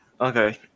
Okay